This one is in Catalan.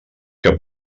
que